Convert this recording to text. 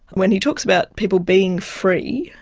when he talks about people being free,